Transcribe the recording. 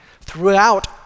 throughout